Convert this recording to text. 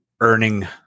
earning